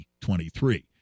2023